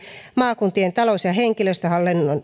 maakuntien talous ja henkilöstöhallinnon